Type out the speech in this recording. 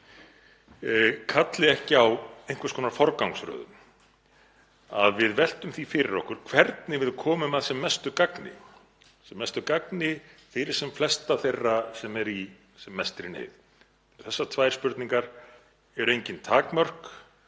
kalli ekki á einhvers konar forgangsröðun, að við veltum því fyrir okkur hvernig við komum að sem mestu gagni fyrir sem flesta þeirra sem eru í mestri neyð. Þessar tvær spurningar: Eru engin takmörk?